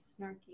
Snarky